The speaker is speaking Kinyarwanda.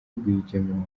rwigema